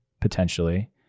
potentially